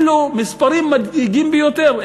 אלו מספרים מדאיגים ביותר,